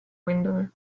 window